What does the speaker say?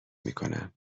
میکنم